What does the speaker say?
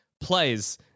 plays